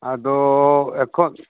ᱟᱫᱚ ᱮᱠᱷᱚᱱ